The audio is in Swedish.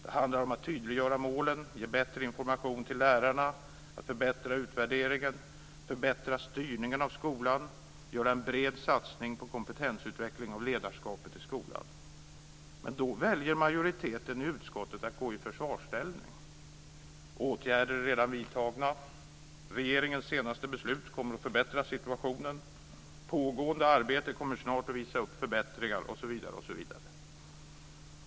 Det handlar om att tydliggöra målen, ge bättre information till lärarna, förbättra utvärderingen, förbättra styrningen av skolan och göra en bred satsning på kompetensutveckling av ledarskapet i skolan. Men då väljer majoriteten i utskottet att gå i försvarsställning - åtgärder är redan vidtagna, regeringens senaste beslut kommer att förbättra situationen, pågående arbete kommer snart att visa upp förbättringar osv.